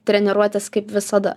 treniruotės kaip visada